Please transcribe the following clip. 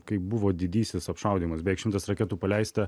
kai buvo didysis apšaudymas beveik šimtas raketų paleista